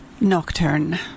Nocturne